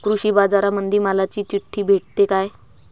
कृषीबाजारामंदी मालाची चिट्ठी भेटते काय?